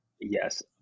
Yes